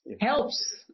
helps